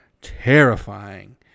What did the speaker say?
terrifying